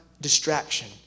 distraction